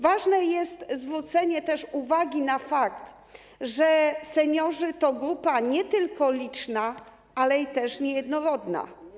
Ważne jest też zwrócenie uwagi na fakt, że seniorzy to grupa nie tylko liczna, ale i niejednorodna.